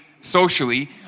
socially